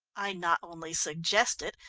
i not only suggest it,